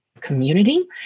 community